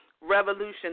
revolution